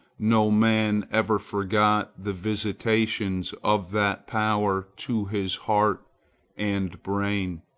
no man ever forgot the visitations of that power to his heart and brain,